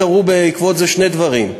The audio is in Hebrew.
קרו בעקבות זה שני דברים,